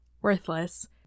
worthless